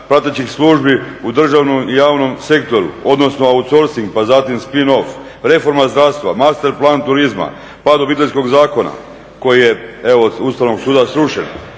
pratećih službi u državnom i javnom sektoru, odnosno outsourcing pa zatim spin off, reforma zdravstva, master plan turizma, pad Obiteljskog zakona koji je evo od Ustavnog suda srušen